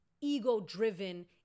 ego-driven